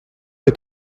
est